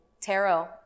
Tarot